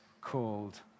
called